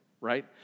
right